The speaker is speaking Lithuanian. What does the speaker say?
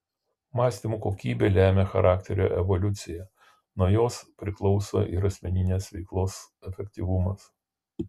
mąstymo kokybė lemia charakterio evoliuciją nuo jos priklauso ir asmeninės veiklos efektyvumas